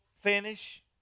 finish